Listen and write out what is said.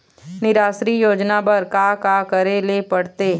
निराश्री योजना बर का का करे ले पड़ते?